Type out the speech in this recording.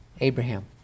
Abraham